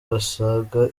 basaga